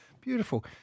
Beautiful